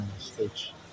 stage